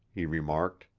he remarked.